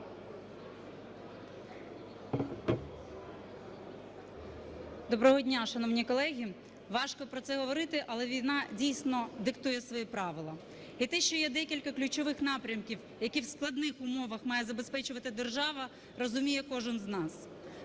Доброго дня, шановні колеги! Важко про це говорити, але війна дійсно диктує свої правила. І те, що є декілька ключових напрямків, які в складних умовах має забезпечувати держава, розуміє кожен з нас.